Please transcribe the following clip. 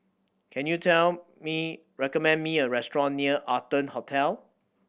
can you recommend me a restaurant near Arton Hotel